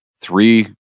three